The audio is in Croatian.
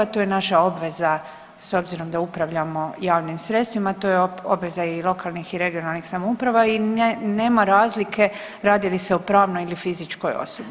To je naša obaveza s obzirom da upravljamo javnim sredstvima, to je obveza i lokalnih i regionalnih samouprava i nema razlike radi li se o pravnoj ili fizičkoj osobi.